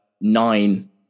nine